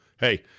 Hey